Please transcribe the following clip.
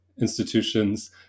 institutions